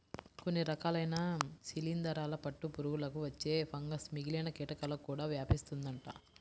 కొన్ని రకాలైన శిలీందరాల పట్టు పురుగులకు వచ్చే ఫంగస్ మిగిలిన కీటకాలకు కూడా వ్యాపిస్తుందంట